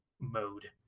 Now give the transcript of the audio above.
mode